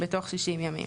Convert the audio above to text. בתוך 60 ימים,